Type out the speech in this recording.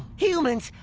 humans.